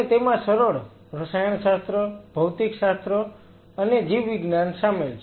અને તેમાં સરળ રસાયણશાસ્ત્ર ભૌતિકશાસ્ત્ર અને જીવવિજ્ઞાન સામેલ છે